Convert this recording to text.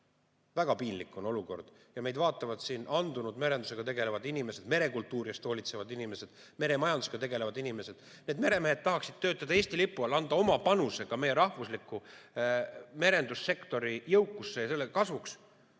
Väga piinlik on olukord. Meid vaatavad siin andunult merendusega tegelevad inimesed, merekultuuri eest hoolitsevad inimesed, meremajandusega tegelevad inimesed. Need meremehed tahaksid töötada Eesti lipu all, anda oma panuse meie rahvusliku merendussektori jõukuse kasvuks.